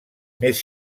més